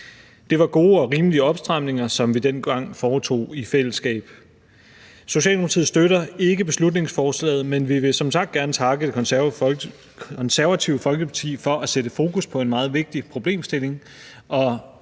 Det var gode og rimelige opstramninger, som vi dengang foretog i fællesskab. Socialdemokratiet støtter ikke beslutningsforslaget, men vi vil som sagt gerne takke Det Konservative Folkeparti for at sætte fokus på en meget vigtig problemstilling, og